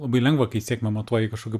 labai lengva kai sėkmę matuoji kažkokiu